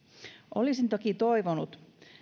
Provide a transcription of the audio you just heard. olisin toki toivonut